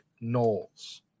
Knowles